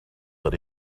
that